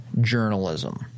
journalism